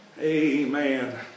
Amen